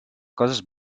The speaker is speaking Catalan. coses